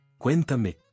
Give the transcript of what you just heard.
Cuéntame